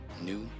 new